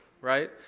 Right